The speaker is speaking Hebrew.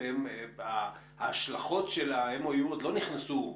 הרי ההשלכות של ה-MOU עוד לא נכנסו מעשית,